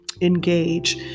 engage